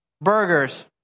Burgers